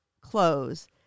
close